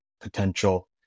potential